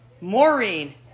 Maureen